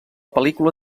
pel·lícula